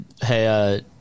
Hey